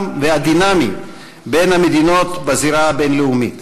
והדינמי בין המדינות בזירה הבין-לאומית.